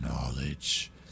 knowledge